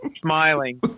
smiling